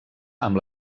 amb